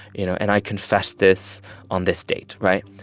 you know and i confess this on this date, right?